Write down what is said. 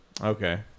okay